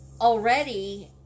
already